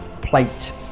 plate